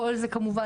כל זה כמובן,